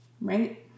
Right